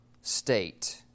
state